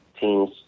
teams